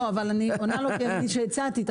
לא, אבל אני פונה לו כמי שהציעה את החוק.